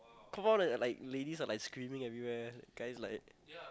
confirm all the like ladies are like screaming everywhere guys like